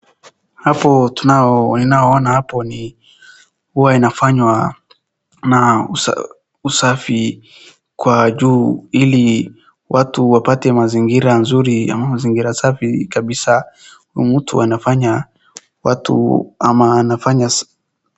Hapo tunao ninao ona hapo ni, huwa inafanywa na usafi kwa juu ili watu wapate mazingira nzuri ama mazingira safi kabisa. Huyu mtu anafanya watu ama anafanya...